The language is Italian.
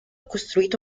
costruito